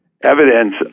evidence